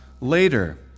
later